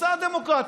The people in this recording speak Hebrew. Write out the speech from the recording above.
בתפיסה הדמוקרטית.